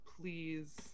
please